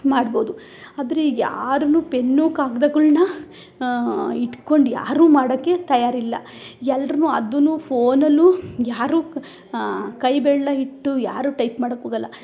ಮಾಡ್ಬೋದು ಆದರೆ ಈಗ ಯಾರನ್ನು ಪೆನ್ನು ಕಾಗ್ದಗಳ್ನ ಇಟ್ಕೊಂಡು ಯಾರು ಮಾಡೋಕೆ ತಯಾರಿಲ್ಲ ಎಲ್ರು ಅದು ಫೋನಲ್ಲು ಯಾರು ಕ ಕೈಬೆರಳ್ನ ಇಟ್ಟು ಯಾರು ಟೈಪ್ ಮಾಡೋಕೋಗೊಲ್ಲ